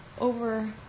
over